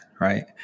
right